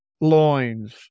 loins